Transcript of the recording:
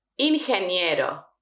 Ingeniero